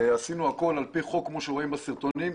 עשינו הכול על פי חוק כמו שרואים בסרטונים.